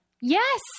yes